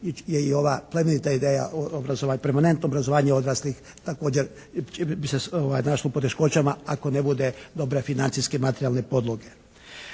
je i ova plemenita ideja permanentno obrazovanje odraslih također se našla u poteškoćama ako ne bude dobre financijske, materijalne podloge.